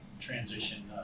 transition